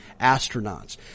astronauts